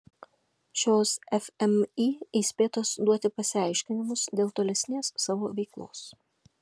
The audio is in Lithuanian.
šios fmį įspėtos duoti pasiaiškinimus dėl tolesnės savo veiklos